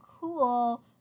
cool